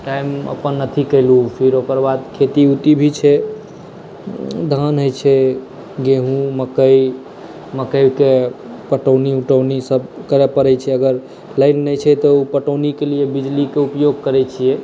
time अपन अथी केलहुँ फिर ओकर बाद खेती ऊती भी छै धान होइ छै गेहूँ मकइ मकइक पटौनी अटौनी सभ करऽ परै छै अगर लाइन नहि छै तऽ ओ पटौनीके लिय बिजलीक उपयोग करै छियै